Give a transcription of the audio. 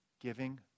Giving